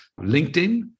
LinkedIn